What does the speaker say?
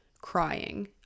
crying